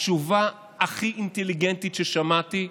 התשובה הכי אינטליגנטית ששמעתי,